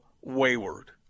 wayward